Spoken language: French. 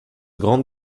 grande